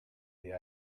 the